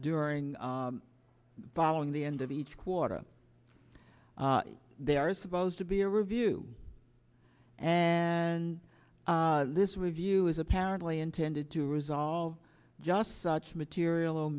during the following the end of each quarter there are supposed to be a review and this review is apparently intended to resolve just such material